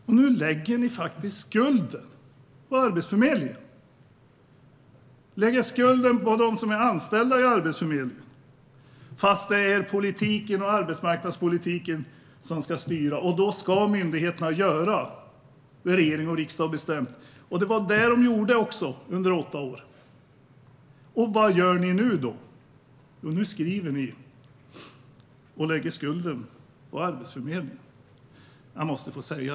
Men nu lägger ni i oppositionen skulden på Arbetsförmedlingen och på dem som är anställda där, trots att det är politiken och arbetsmarknadspolitiken som styr. Myndigheterna ska göra så som regering och riksdag har bestämt. Det gjorde de också under era åtta år. Vad gör ni nu? Jo, nu lägger ni skulden på Arbetsförmedlingen.